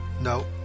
No